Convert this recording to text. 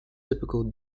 typical